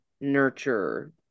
nurture